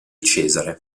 cesare